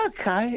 Okay